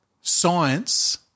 science